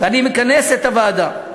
ואני מכנס את הוועדה.